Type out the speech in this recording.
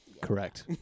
correct